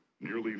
nearly